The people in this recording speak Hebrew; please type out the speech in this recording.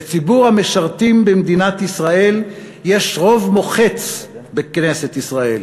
לציבור המשרתים במדינת ישראל יש רוב מוחץ בכנסת ישראל,